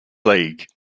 league